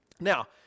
Now